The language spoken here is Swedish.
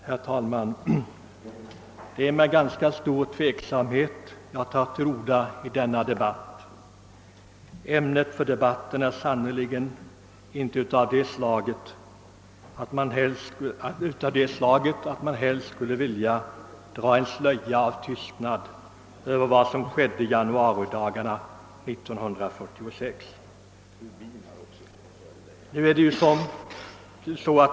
Herr talman! Det är med ganska stor tveksamhet jag tar till orda i denna debatt, ty ämnet för den är sannerligen av det slaget att man helst skulle vilja dra en slöja av tystnad över vad som skedde under de där januaridagarna 1946.